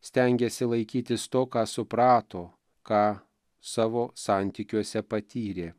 stengėsi laikytis to ką suprato ką savo santykiuose patyrė